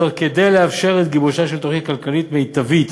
כדי לאפשר את גיבושה של תוכנית כלכלית מיטבית